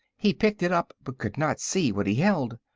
he picked it up, but could not see what he held.